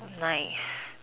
nice